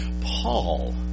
Paul